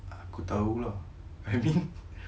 aku tahu lah I mean